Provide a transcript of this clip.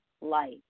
light